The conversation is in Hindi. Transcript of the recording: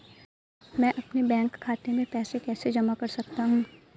मैं अपने बैंक खाते में पैसे कैसे जमा कर सकता हूँ?